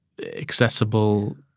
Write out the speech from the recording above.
accessible